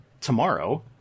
tomorrow